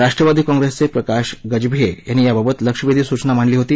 राष्ट्रवादी काँप्रेसचे प्रकाश गजभिये यांनी याबाबत लक्षवेधी सूचना मांडली होती